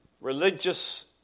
religious